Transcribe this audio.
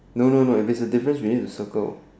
no no no if there's a difference we need to circle